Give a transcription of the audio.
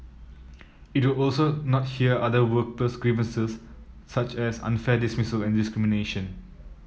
it will also not hear other workplace grievances such as unfair dismissal and discrimination